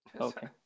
Okay